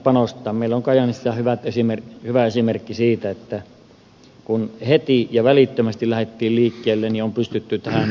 meillä on kajaanista hyvä esimerkki siitä että kun heti ja välittömästi lähdettiin liikkeelle on pystytty rakennemuutokseen vastaamaan